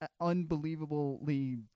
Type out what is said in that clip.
unbelievably